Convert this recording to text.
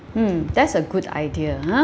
hmm that's a good idea !huh!